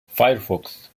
firefox